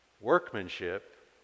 workmanship